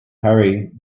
hurry